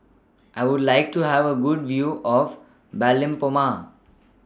I Would like to Have A Good View of